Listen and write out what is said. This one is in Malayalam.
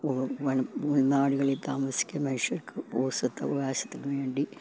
ഉൾ നാടുകളിൽ താമസിക്കുന്ന മനുഷ്യർക്ക് ഭൂസ്വത്തവകാശത്തിനു വേണ്ടി